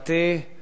הווירוס